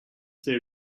they